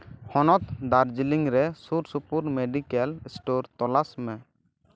ᱦᱚᱱᱚᱛ ᱫᱟᱨᱡᱤᱞᱤᱝ ᱨᱮ ᱥᱩᱨ ᱥᱩᱯᱩᱨ ᱢᱮᱰᱤᱠᱮᱞ ᱥᱴᱳᱨ ᱛᱚᱞᱟᱥ ᱢᱮ